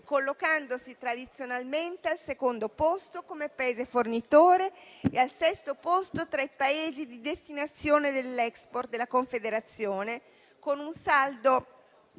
collocandosi tradizionalmente al secondo posto come Paese fornitore e al sesto posto tra i Paesi di destinazione dell'*export* della Confederazione, con un saldo